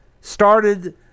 started